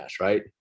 right